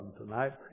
tonight